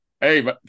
Hey